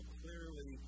clearly